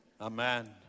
Amen